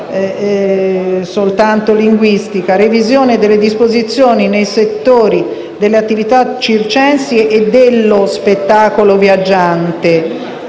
natura linguistica: «revisione delle disposizioni nei settori delle attività circensi e dello spettacolo viaggiante»,